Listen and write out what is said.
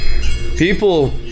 People